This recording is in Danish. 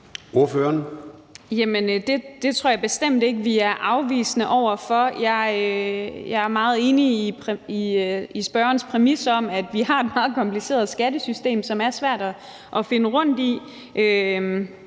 Det tror jeg bestemt ikke vi er afvisende over for. Jeg er meget enig i spørgerens præmis om, at vi har et meget kompliceret skattesystem, som er svært at finde rundt i.